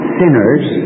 sinners